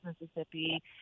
Mississippi